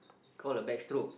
call a backstroke